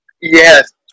Yes